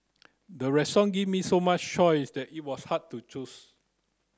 the restaurant gave me so much choice that it was hard to choose